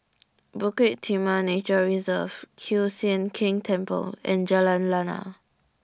Bukit Timah Nature Reserve Kiew Sian King Temple and Jalan Lana